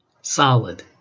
Solid